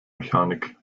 mechanik